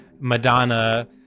Madonna